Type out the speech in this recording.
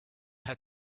had